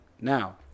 now